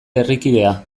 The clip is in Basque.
herrikidea